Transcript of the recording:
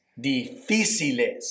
difíciles